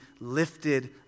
lifted